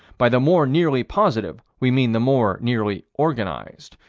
by the more nearly positive we mean the more nearly organized.